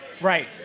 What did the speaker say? Right